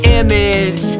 image